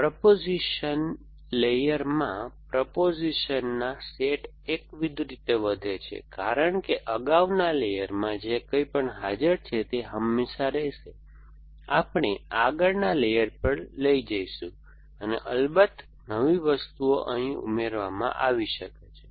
proposition લેયરમાં પ્રપોઝિશનના set એકવિધ રીતે વધે છે કારણ કે અગાઉના લેયરમાં જે કંઈપણ હાજર છે તે હંમેશા રહેશે આપણે આગળના લેયર પર લઈ જઈશું અને અલબત્ત નવી વસ્તુઓ અહીં ઉમેરવામાં આવી શકે છે